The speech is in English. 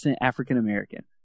African-American